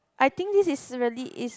I think this is really is